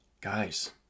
Guys